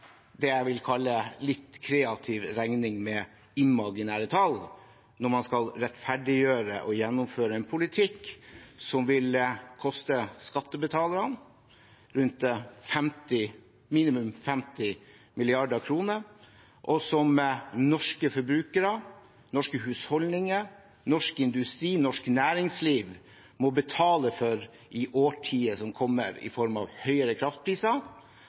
det jeg vil kalle litt kreativ regning med imaginære tall når man skal rettferdiggjøre og gjennomføre en politikk som vil koste skattebetalerne minimum 50 mrd. kr, og som norske forbrukere, norske husholdninger, norsk industri og norsk næringsliv må betale for i årtier som kommer, i form av høyere kraftpriser